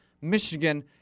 Michigan